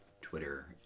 Twitter